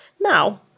Now